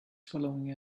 following